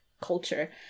Culture